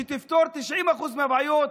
שתפתור 90% מהבעיות,